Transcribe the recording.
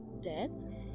dead